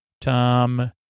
Tom